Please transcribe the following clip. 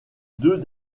deux